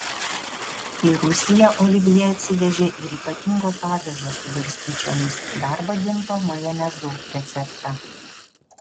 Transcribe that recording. į rusiją olivjė atsivežė ir ypatingo padažo su garstyčiomis dar vadinto majonezu receptą